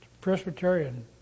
Presbyterian